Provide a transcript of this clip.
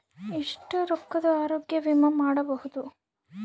ಎಷ್ಟ ರೊಕ್ಕದ ಆರೋಗ್ಯ ವಿಮಾ ಮಾಡಬಹುದು?